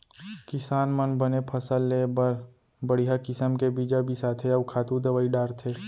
किसान मन बने फसल लेय बर बड़िहा किसम के बीजा बिसाथें अउ खातू दवई डारथें